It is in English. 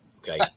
Okay